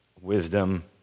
wisdom